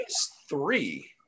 three